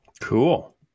Cool